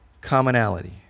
commonality